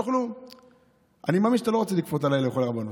אני מחר לא אוכל רבנות.